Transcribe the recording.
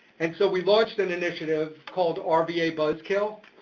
and so we launched an initiative called um rva buzzkill.